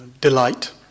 delight